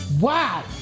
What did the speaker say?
Wow